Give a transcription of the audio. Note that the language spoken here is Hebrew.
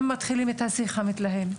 הם מתחילים את השיח המתלהם.